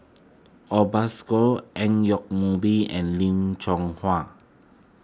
Obascore Ang Yoke Mooi and Lim Chong